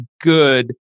good